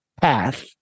path